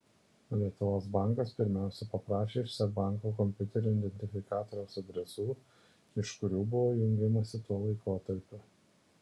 lietuvos bankas pirmiausia paprašė iš seb banko kompiuterio identifikatoriaus adresų iš kurių buvo jungiamasi tuo laikotarpiu